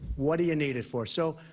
what do you need it for? so,